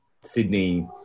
Sydney